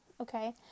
okay